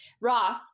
Ross